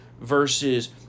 versus